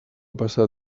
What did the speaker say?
passar